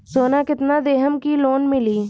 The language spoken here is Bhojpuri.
सोना कितना देहम की लोन मिली?